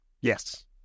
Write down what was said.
Yes